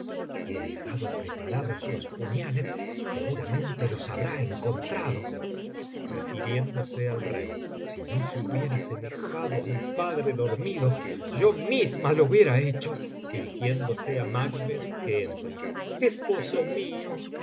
he dejado preparados los puñales seguramente los habrá encontrado refiriéndose ai rey si no se hubiera semejado á mi padre dormido yo misma lo hubiera hecho dirigiéndose á macbeth que entra esposo mío